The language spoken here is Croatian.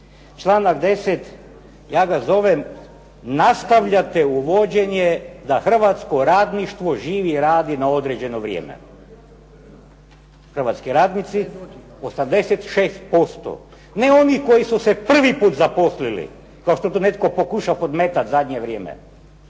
Članak 10. Ja ga zovem nastavljate uvođenje da hrvatsko radništvo živi i radi na određeno vrijeme. Hrvatski radnici 86%, ne oni koji su se prvi put zaposlili, kao što to netko pokušava podmetati zadnje vrijeme,,